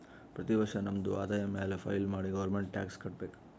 ಪ್ರತಿ ವರ್ಷ ನಮ್ದು ಆದಾಯ ಮ್ಯಾಲ ಫೈಲ್ ಮಾಡಿ ಗೌರ್ಮೆಂಟ್ಗ್ ಟ್ಯಾಕ್ಸ್ ಕಟ್ಬೇಕ್